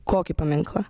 kokį paminklą